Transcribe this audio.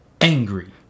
angry